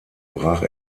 brach